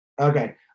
Okay